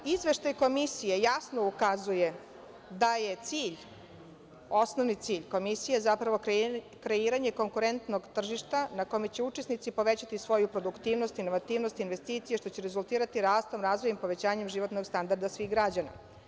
Izveštaj Komisije jasno ukazuje da je cilj osnovni zapravo kreiranje konkurentnog tržišta na kome će učesnici povećati svoju produktivnost, inovativnost, investicije, što će rezultirati rastom, razvojem i povećanjem životnog standarda svih građana.